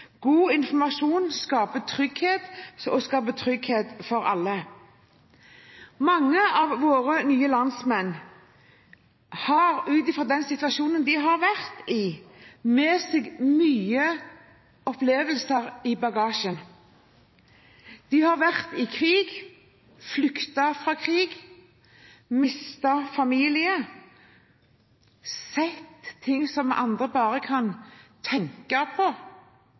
God informasjon skaper trygghet, og skaper trygghet for alle. Mange av våre nye landsmenn har ut ifra den situasjonen de har vært i, med seg mange opplevelser i bagasjen. De har vært i krig, flyktet fra krig, mistet familie, sett ting som andre bare kan tenke